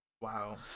Wow